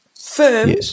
firm